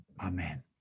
Amen